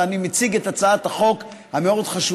ואני מציג את הצעת החוק המאוד-חשובה,